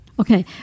okay